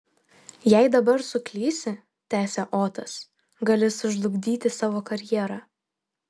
jei dabar suklysi tęsė otas gali sužlugdyti savo karjerą